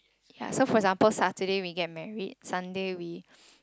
ya for example Saturday we get married Sunday we